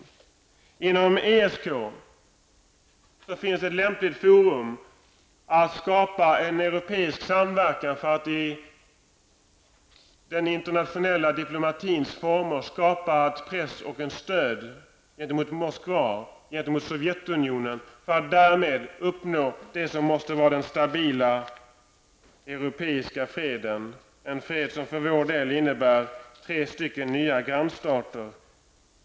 Inom ESK finns ett lämpligt forum för att skapa en europeisk samverkan för att i form av den internationella diplomatin skapa en press gentemot Moskva och Sovjetunionen för att därmed uppnå det som måste vara en stabil europeisk fred, en fred som för vår del innebär tre nya grannstater.